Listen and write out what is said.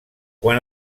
quan